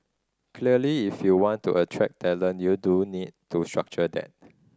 clearly if you want to attract talent you do need to structure that